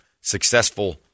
successful